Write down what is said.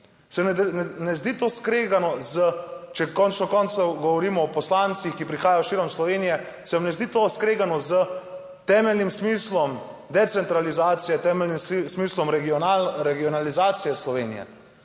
Se vam ne zdi to skregano z, če na koncu koncev, govorimo o poslancih, ki prihajajo širom Slovenije, se vam ne zdi to skregano s temeljnim smislom decentralizacije, temeljnim smislom regionalizacije Slovenije?